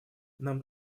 нам